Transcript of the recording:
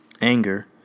Anger